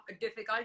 difficult